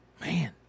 man